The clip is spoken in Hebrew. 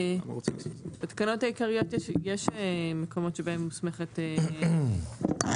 בתקנות העיקריות יש מקומות שבהם מוסמכת --- שוב,